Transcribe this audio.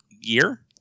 year